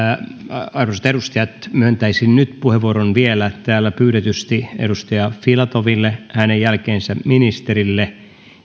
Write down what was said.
arvoisat edustajat myöntäisin nyt puheenvuoron vielä täällä pyydetysti edustaja filatoville hänen jälkeensä ministerille